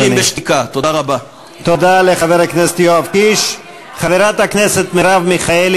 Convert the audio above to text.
חברת הכנסת זהבה גלאון,